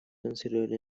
considered